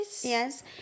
Yes